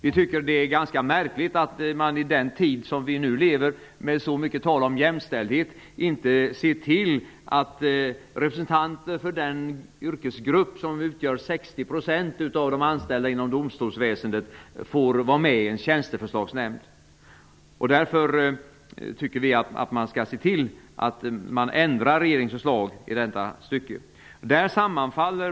Vi tycker att det är ganska märkligt att man i den tid som vi nu lever i, med så mycket tal om jämställdhet, inte ser till att representanter för den yrkesgrupp som utgör 60 % av de anställda inom domstolsväsendet får vara med i en tjänsteförslagsnämnd. Därför tycker vi att man skall se till att regeringens förslag ändras i detta stycke.